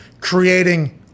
creating –